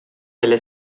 delle